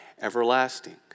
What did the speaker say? everlasting